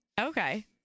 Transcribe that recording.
Okay